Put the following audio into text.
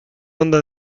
onda